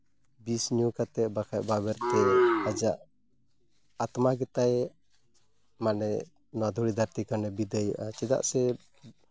ᱵᱤᱥ ᱧᱩ ᱠᱟᱛᱮᱫ ᱵᱟᱝᱠᱷᱟᱡ ᱵᱟᱵᱮᱨᱼᱛᱮ ᱟᱡᱟᱜ ᱟᱛᱢᱟ ᱜᱮᱛᱟᱭ ᱢᱟᱱᱮ ᱱᱚᱣᱟ ᱫᱷᱩᱲᱤ ᱫᱷᱟᱹᱨᱛᱤ ᱠᱷᱚᱱᱮ ᱵᱤᱫᱟᱹᱭᱚᱜᱼᱟ ᱪᱮᱫᱟᱜ ᱥᱮ